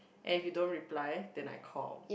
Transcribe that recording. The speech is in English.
and if you don't reply then I call